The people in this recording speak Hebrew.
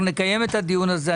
אנחנו נקיים את הדיון הזה.